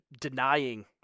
denying